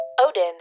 Odin